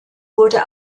wurde